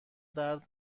درد